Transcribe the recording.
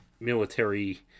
military